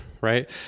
right